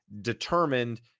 determined